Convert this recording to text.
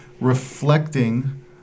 reflecting